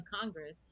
Congress